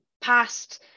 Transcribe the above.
past